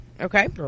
okay